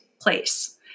place